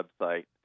website